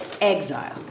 Exile